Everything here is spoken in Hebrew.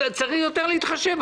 צריך להתחשב יותר